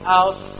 out